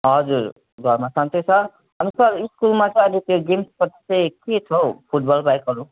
हजुर घरमा सन्चै छ अनि सर स्कुलमा चाहिँ अब त्यो गेम्सपट्टि चाहिँ के छौ फुट्बलबाहेक अरू